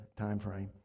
timeframe